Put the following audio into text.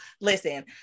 listen